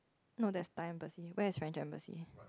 no there's Thai embassy where is French embassy